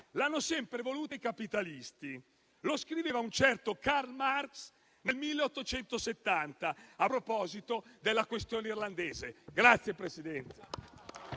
l'hanno sempre voluta i capitalisti: lo scriveva un certo Karl Marx nel 1870 a proposito della questione irlandese.